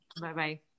Bye-bye